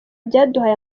byaduhaye